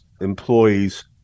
employees